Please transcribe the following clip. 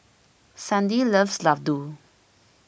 Sandi loves Laddu